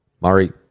Murray